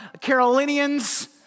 Carolinians